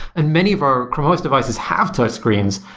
and many of our chrome os devices have touch screens,